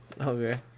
Okay